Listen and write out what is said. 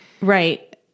Right